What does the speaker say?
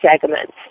segments